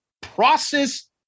process